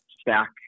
stack